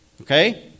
Okay